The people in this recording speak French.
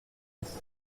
dix